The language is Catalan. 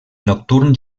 nocturn